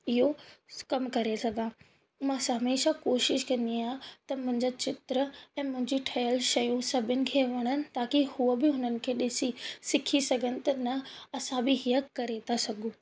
इहो कम करे सघां मां हमेशह कोशिश कंदी आहियां त मुंहिंजा चित्र ऐं मुंहिंजी ठहियलु शयूं सभिनि खे वणनि ताकी उहे बि हुननि खे ॾिसी सिखी सघनि त न असां बि हीअं करे था सघूं